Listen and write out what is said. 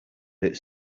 its